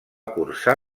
cursar